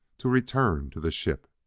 to return to the ship.